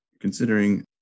considering